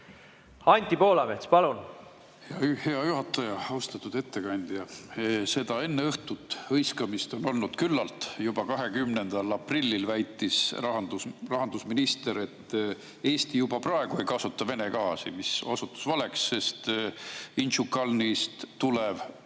Anti Poolamets, palun! Hea juhataja! Austatud ettekandja! Seda enne õhtut hõiskamist on olnud küllalt. Juba 20. aprillil väitis rahandusminister, et Eesti ei kasuta Vene gaasi. See osutus valeks, sest Inčukalnsist tulev